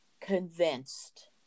convinced